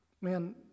man